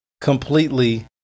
completely